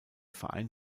verein